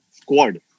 squad